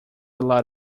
lot